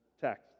text